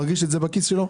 מרגיש את זה בכיס שלו,